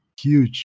huge